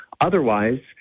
Otherwise